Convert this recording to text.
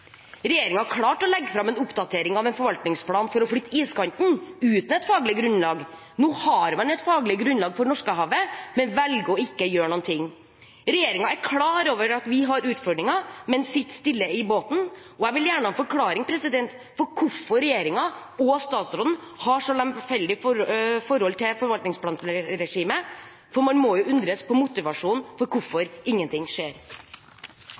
klarte å legge fram en oppdatering av en forvaltningsplan for å flytte iskanten, uten et faglig grunnlag. Nå har man et faglig grunnlag for Norskehavet, men velger ikke å gjøre noen ting. Regjeringen er klar over at vi har utfordringer, men sitter stille i båten, og jeg vil gjerne ha en forklaring på hvorfor regjeringen og statsråden har et så lemfeldig forhold til forvaltningsplanregimet – for man må jo undres på motivasjonen for hvorfor ingenting skjer.